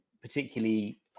particularly